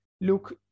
Look